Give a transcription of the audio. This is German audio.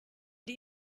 die